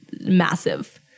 massive